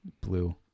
blue